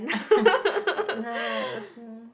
Agnes